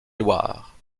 loire